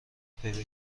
پیدا